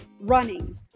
running